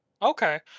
Okay